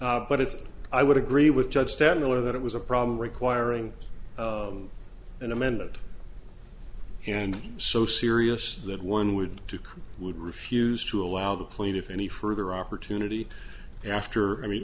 but it's i would agree with judge stan miller that it was a problem requiring an amended and so serious that one would do would refuse to allow the plaintiff any further opportunity after i mean